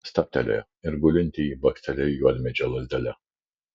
stabtelėjo ir gulintįjį bakstelėjo juodmedžio lazdele